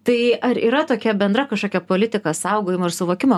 tai ar yra tokia bendra kašokia politika saugojimo ir suvokimo